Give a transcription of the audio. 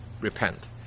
repent